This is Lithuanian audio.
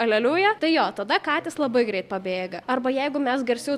aleliuja tai jo tada katės labai greit pabėga arba jeigu mes garsiau